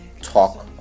talk